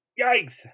Yikes